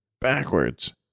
backwards